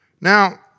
Now